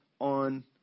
on